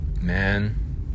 man